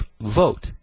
vote